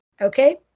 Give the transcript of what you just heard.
Okay